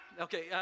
Okay